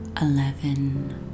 eleven